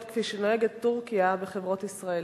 כפי שטורקיה נוהגת בחברות ישראליות?